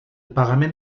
pagament